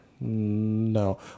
No